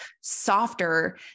softer